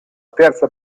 terza